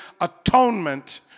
atonement